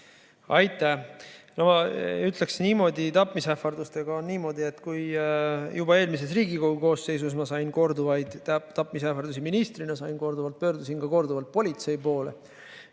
Aitäh! Ma ütleksin, et tapmisähvardustega on niimoodi. Juba eelmises Riigikogu koosseisus ma sain korduvalt tapmisähvardusi, ministrina sain korduvalt, pöördusin ka korduvalt politsei poole.